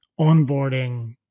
onboarding